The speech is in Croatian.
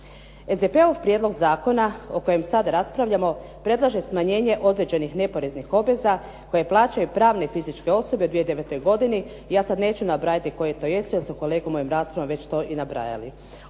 SDP-ov prijedlog zakona o kojem sada raspravljamo predlaže smanjenje određenih neporeznih obveza koje plaćaju pravne i fizičke osobe u 2009. godini. Ja sada neću nabrajati koje to jesu jer su kolege u mojim raspravama već to i nabrajali.